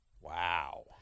Wow